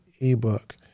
ebook